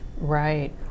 Right